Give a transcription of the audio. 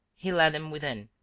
he led them within,